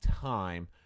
time